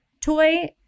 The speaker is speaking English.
toy